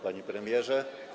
Panie Premierze!